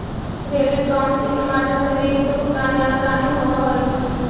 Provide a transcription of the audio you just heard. credit counselling के माध्यम से रीड के भुगतान में असानी होवऽ हई